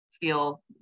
feel